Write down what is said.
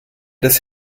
des